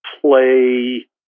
play